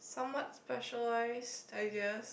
somewhat specialised I guess